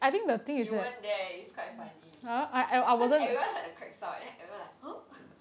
you weren't there it's quite funny cause everyone heard the crack sound then everyone like !huh!